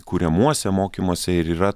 kuriamuose mokymuose ir yra